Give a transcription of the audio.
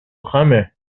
خمه